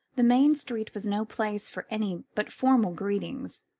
the main street was no place for any but formal greetings,